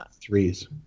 threes